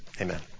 amen